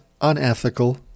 unethical